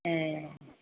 ए